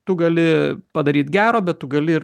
tu gali padaryt gero bet gali ir